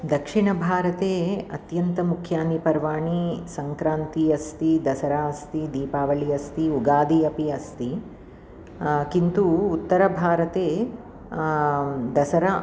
दक्षिणभारते अत्यन्तमुख्यानि पर्वाणि सङ्क्रान्तिः अस्ति दसरा अस्ति दीपावलिः अस्ति उगादी अपि अस्ति किन्तु उत्तरभारते दसरा